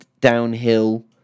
Downhill